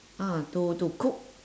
ah to to cook